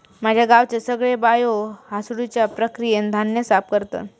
माझ्या गावचे सगळे बायो हासडुच्या प्रक्रियेन धान्य साफ करतत